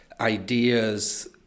ideas